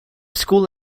school